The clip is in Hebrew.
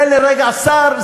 זה לרגע שר,